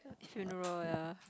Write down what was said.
funeral ya